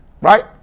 Right